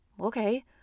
Okay